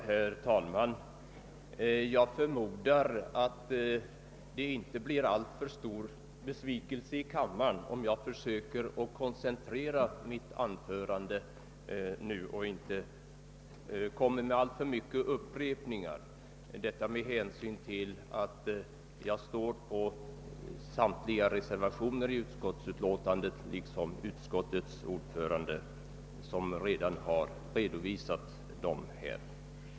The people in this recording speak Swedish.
Herr talman! Jag förmodar att kammarens ledamöter inte blir alltför besvikna om jag försöker koncentrera mitt anförande nu och inte gör för många upprepningar — detta med hänsyn till att jag undertecknat samtliga reservationer som fogats till utskottsutlåtandet, liksom utskottets ordförande, vilken redan redovisat dem här.